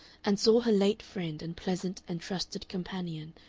and saw her late friend and pleasant and trusted companion,